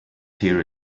hear